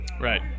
Right